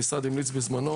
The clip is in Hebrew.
המשרד המליץ בזמנו